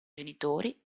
genitori